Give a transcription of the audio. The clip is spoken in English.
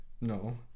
No